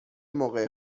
موقع